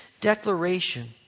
declaration